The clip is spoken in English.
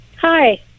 Hi